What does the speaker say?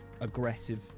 aggressive